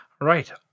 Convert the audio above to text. Right